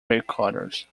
headquarters